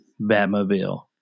Batmobile